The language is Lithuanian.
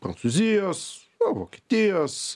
prancūzijos vokietijos